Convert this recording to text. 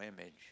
image